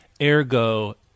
ergo